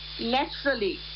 naturally